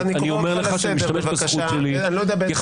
אני אומר לך שאני משתמש בזכות שלי כחבר